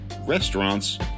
restaurants